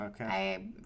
Okay